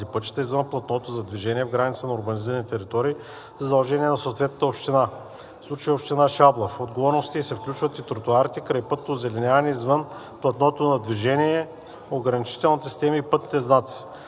пътища извън платното за движение в границите на урбанизираните територии са задължение на съответната община – в случая Община Шабла. В отговорностите ѝ се включват и тротоарите, крайпътното озеленяване извън платното на движение, ограничителните системи и пътните знаци.